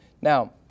Now